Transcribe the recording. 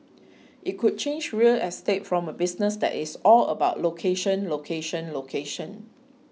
it could change real estate from a business that is all about location location location